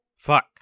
Fuck